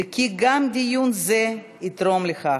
וגם דיון יתרום לכך.